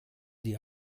die